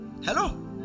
Hello